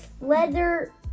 leather